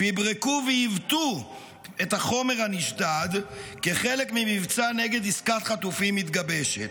פברקו ועיוותו את החומר הנשדד כחלק ממבצע נגד עסקת חטופים מתגבשת.